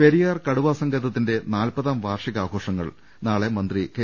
പെരിയാർ കടുവ സങ്കേതത്തിന്റെ നാൽപതാം വാർഷികാഘോഷ ങ്ങൾ നാളെ മന്ത്രി കെ